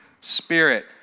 Spirit